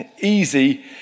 easy